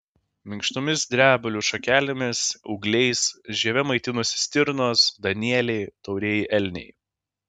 minkštomis drebulių šakelėmis ūgliais žieve maitinasi stirnos danieliai taurieji elniai